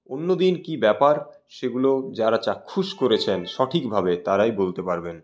অন্যদিন কী ব্যাপার সেগুলো যারা চাক্ষুষ করেছেন সঠিকভাবে তারাই বলতে পারবেন